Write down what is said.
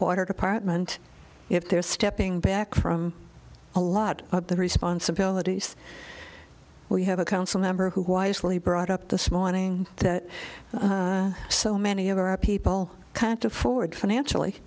water department if they're stepping back from a lot of the responsibilities we have a council member who wisely brought up this morning that so many of our people can't afford financially